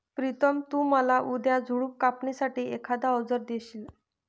प्रितम तु मला उद्या झुडप कापणी साठी एखाद अवजार देशील?